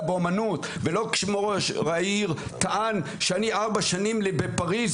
באומנות ולא שראש העיר טען שאני ארבע שנים בפריז